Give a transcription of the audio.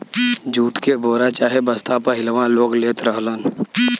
jute के बोरा चाहे बस्ता पहिलवां लोग लेत रहलन